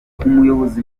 umuyobozi